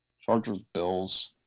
Chargers-Bills